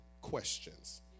questions